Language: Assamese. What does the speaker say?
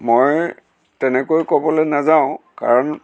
মই তেনেকৈ ক'বলৈ নেযাওঁ কাৰণ